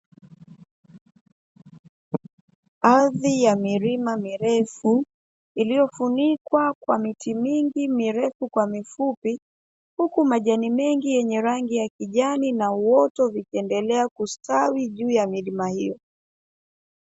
Ardhi ya milima mirefu iliyofunikwa kwa miti mingi mirefu kwa mifupi, huku majani mengi yenye rangi ya kijani na uoto yakiendelea kustawi juu ya milima hiyo.